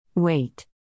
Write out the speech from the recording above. Wait